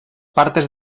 partes